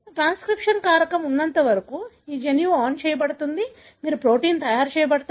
transcription కారకం ఉన్నంత వరకు ఈ జన్యువు ఆన్ చేయబడుతుంది మీరు ప్రోటీన్ తయారు చేయబడతారు